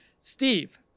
Steve